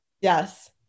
Yes